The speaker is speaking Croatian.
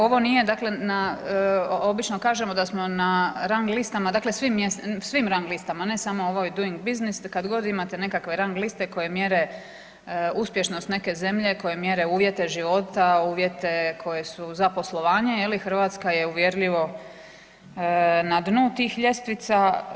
Ovo nije dakle na, obično kažemo da smo na rang listama, dakle svim rang listama, ne samo ovoj Doing Business, kad god imate nekakve rang liste koje mjere uspješnost neke zemlje, koje mjere uvjete života, uvjete koje su za poslovanje, je li, Hrvatska je uvjerljivo na dnu tih ljestvica.